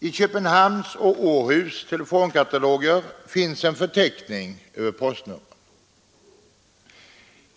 I Köpenhamns och Aarhus” telefonkataloger finns en förteckning över postnumren.